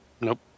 Nope